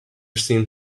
seemed